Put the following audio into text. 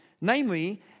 Namely